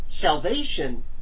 salvation